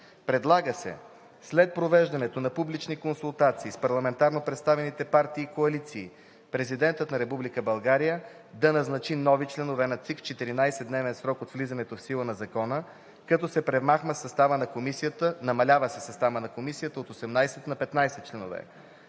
Предлага се след провеждането на публични консултации с парламентарно представените партии и коалиции Президентът на Република България да назначи нови членове на ЦИК в 14-дневен срок от влизането в сила на закона, като се намалява съставът на комисията от 18 на 15 членове.